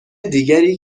دیگری